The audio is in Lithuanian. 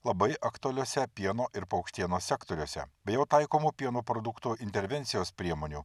labai aktualiose pieno ir paukštienos sektoriuose bei jo taikomų pieno produktų intervencijos priemonių